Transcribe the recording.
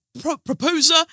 proposer